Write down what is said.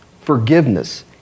forgiveness